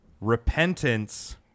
Repentance